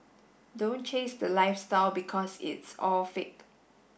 don't chase the lifestyle because it's all fake